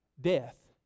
Death